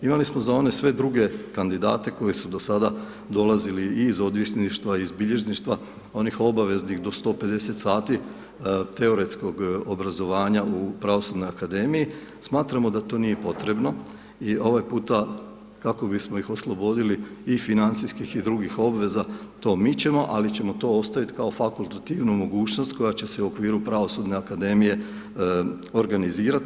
Imali smo za one sve druge kandidate koji su do sada dolazili i iz odvjetništva i iz bilježništva, onih obaveznih do 150 sati teoretskog obrazovanja u Pravosudnoj akademiji, smatramo da to nije potrebno i ovaj puta, kako bismo ih oslobodili i financijskih i drugih obveza, to mičemo, ali ćemo to ostaviti kao fakultativnu mogućnost koja će se u okviru Pravosudne akademije organizirati.